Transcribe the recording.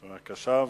בבקשה.